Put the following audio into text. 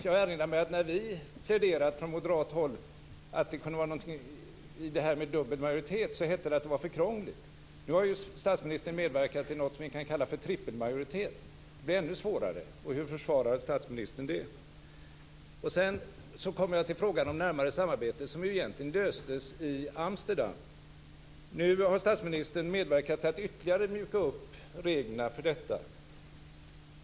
Jag erinrar mig att när vi från moderat håll pläderade för att det kunde ligga något i det här med dubbel majoritet hette det att det var för krångligt. Nu har statsministern medverkat till något som kan kallas för trippelmajoritet. Då blir det ju ännu svårare. Hur försvarar statsministern det? Sedan kommer jag till frågan om det närmare samarbetet som ju egentligen löstes i Amsterdam. Nu har statsministern medverkat till att ytterligare mjuka upp reglerna för detta.